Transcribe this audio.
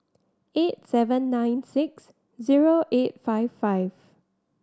eight seven nine six zero eight five five